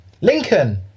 Lincoln